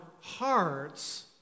hearts